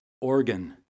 organ